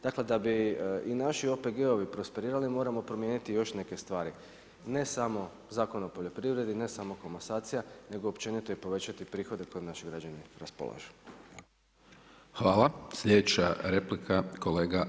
Dakle, da bi i naši OPG-ovi prosperirali moramo promijeniti još neke stvari ne samo Zakon o poljoprivredi, ne samo komasacija, nego općenito i povećati prihode kojima naši građani raspolažu.